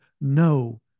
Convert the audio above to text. no